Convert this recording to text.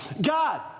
God